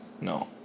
No